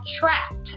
Trapped